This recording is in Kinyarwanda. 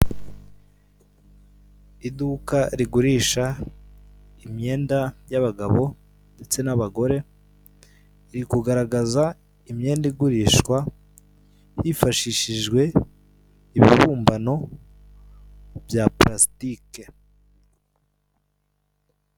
Iduka rigurisha imyenda y'abagabo ndetse n'abagore, riri kugaragaza imyenda igurishwa hifashishijwe ibibumbano bya purasikike.